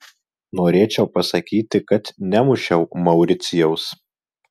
norėčiau pasakyti kad nemušiau mauricijaus